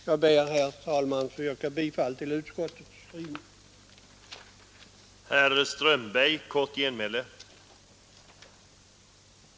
Jag ber, herr talman, att få yrka bifall till utskottets hemställan.